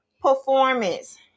Performance